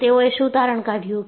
હવે તેઓએ શું તારણ કાઢ્યું